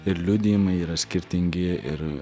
ir liudijimai yra skirtingi ir